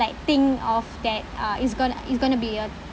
like think of that uh it's going to it's going to be a